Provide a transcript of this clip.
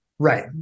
Right